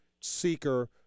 seeker